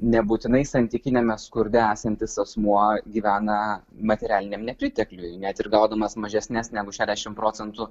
nebūtinai santykiniame skurde esantis asmuo gyvena materialiniam nepritekliuj net ir gaudamas mažesnes negu šedešimt procentų